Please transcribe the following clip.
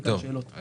אם יש שאלות.